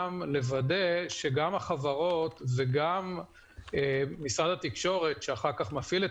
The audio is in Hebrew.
לוודא שגם החברות וגם משרד התקשורת שאחר כך מפעיל את